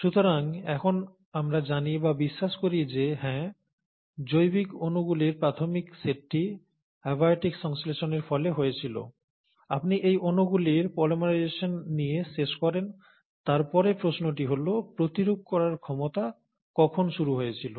সুতরাং এখন আমরা জানি বা বিশ্বাস করি যে হ্যাঁ জৈবিক অণুগুলির প্রাথমিক সেটটি অ্যাবায়টিক সংশ্লেষণের ফলে হয়েছিল আপনি এই অণুগুলির পলিমারাইজেশন নিয়ে শেষ করেন তারপরে প্রশ্নটি হল প্রতিরূপ করার ক্ষমতা কখন শুরু হয়েছিল